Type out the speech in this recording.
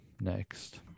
next